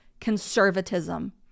conservatism